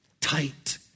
tight